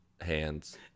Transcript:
hands